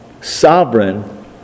sovereign